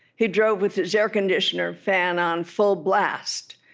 he drove with his air conditioner fan on full blast,